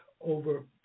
over